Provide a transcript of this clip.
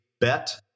bet